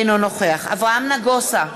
אינו נוכח אברהם נגוסה,